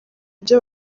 ibyo